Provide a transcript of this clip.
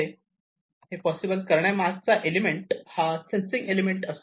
तर हे पॉसिबल करण्यामागचा एलिमेंट हा सेन्सिंग एलिमेंट असतो